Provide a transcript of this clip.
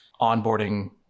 onboarding